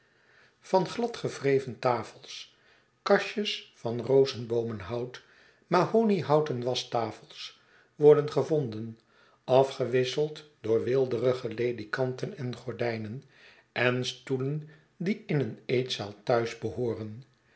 van gladgewreven tafels kastjes van rozenboomenhout mahoniehouten waschtafels worden gevonden afgewisseld door weelderige ledikanten en gordijnen en stoelen die in een eetzaal thuis behooren